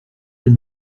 elle